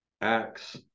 acts